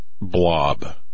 blob